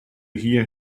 hear